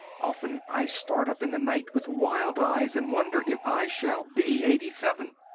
often i start up in the night with wild eyes and wonder if i shall be eighty-seven.